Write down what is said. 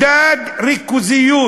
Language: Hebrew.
מדד ריכוזיות.